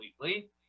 completely